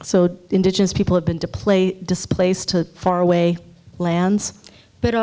the indigenous people have been to play displaced to faraway lands but